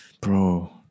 bro